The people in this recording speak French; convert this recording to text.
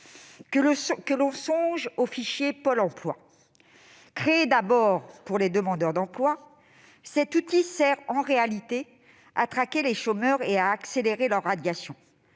par exemple au fichier Pôle emploi. Créé d'abord pour les demandeurs d'emploi, cet outil sert en réalité à traquer les chômeurs et à accélérer leur radiation.